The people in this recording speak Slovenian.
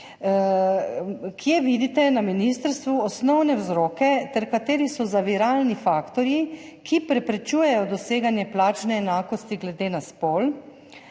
Kje vidite na ministrstvu osnovne vzroke ter kateri so zaviralni faktorji, ki preprečujejo doseganje plačne enakosti glede na spol?